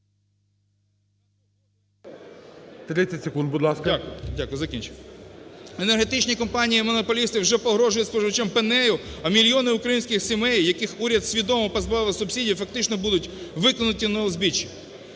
Енергетичні компанії-монополісти вже погрожують споживачем пенею, а мільйони українських сімей, яких уряд свідомо позбавив субсидій, фактично будуть викинуті на узбіччя.